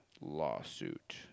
lawsuit